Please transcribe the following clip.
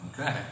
Okay